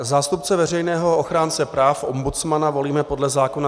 Zástupce veřejného ochránce práv, ombudsmana, volíme podle zákona č. 349/1999.